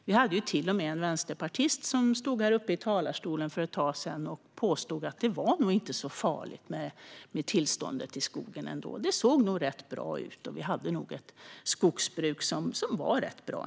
Det var till och med en vänsterpartist som stod i talarstolen för ett tag sedan och påstod att det nog inte är så farligt med tillståndet i skogen. Det ser nog rätt bra ut, och vi har nog ett skogsbruk som är rätt bra.